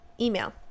email